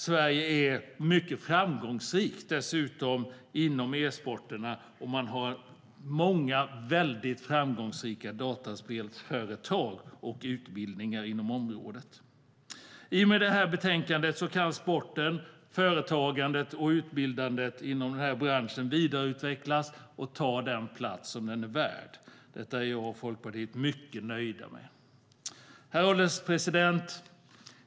Sverige är dessutom mycket framgångsrikt inom e-sporterna, och vi har många väldigt framgångsrika dataspelsföretag och utbildningar på området.I och med detta betänkande kan sporten, företagandet och utbildningarna inom denna bransch vidareutvecklas och ta den plats som den är värd. Detta är jag och Folkpartiet mycket nöjda med. Herr ålderspresident!